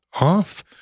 off